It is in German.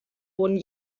wurden